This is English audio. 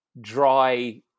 dry